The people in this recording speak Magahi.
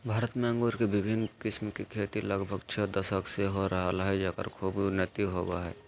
भारत में अंगूर के विविन्न किस्म के खेती लगभग छ दशक से हो रहल हई, जेकर खूब उन्नति होवअ हई